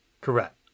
Correct